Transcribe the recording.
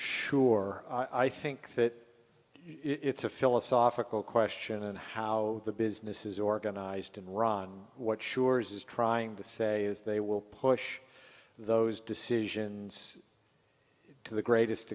sure i think that it's a philosophical question and how the business is organized and run what sure is is trying to say is they will push those decisions to the greatest